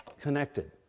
connected